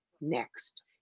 next